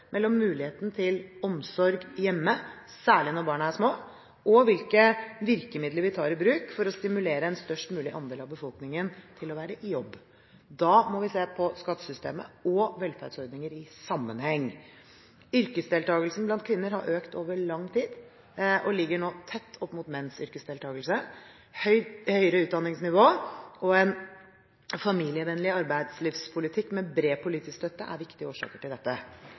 mellom muligheten til omsorg hjemme, særlig når barna er små, og hvilke virkemidler vi tar i bruk for å stimulere en størst mulig andel av befolkningen til å være i jobb. Da må vi se skattesystemet og velferdsordninger i sammenheng. Yrkesdeltakelsen blant kvinner har økt over lang tid og ligger nå tett opp mot menns yrkesdeltakelse. Høyere utdanningsnivå og en familievennlig arbeidslivspolitikk med bred politisk støtte er viktige årsaker til dette.